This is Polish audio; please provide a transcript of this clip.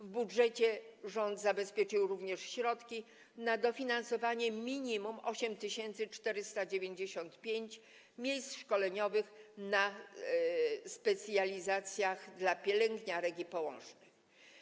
W budżecie rząd zabezpieczył również środki na dofinansowanie minimum 8495 miejsc szkoleniowych na specjalizacjach dla pielęgniarek i położnych.